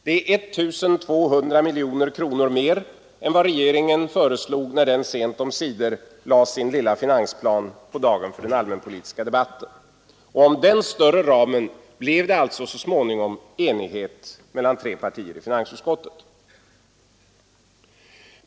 Det är 1 200 miljoner kronor mer än vad regeringen föreslog när den sent omsider lade sin lilla finansplan på dagen för den allmänpolitiska debatten. Om den större ramen blev det alltså så småningom enighet mellan tre partier i finansutskottet.